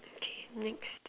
okay next